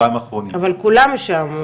כולם שם,